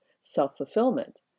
self-fulfillment